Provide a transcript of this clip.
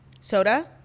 Soda